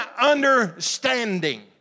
understanding